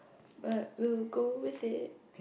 but we'll go with it